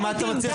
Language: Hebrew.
אז מה אתה מציע?